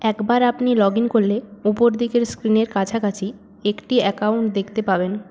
একবার আপনি লগইন করলে উপর দিকের স্ক্রিনের কাছাকাছি একটি অ্যাকাউন্ট দেখতে পাবেন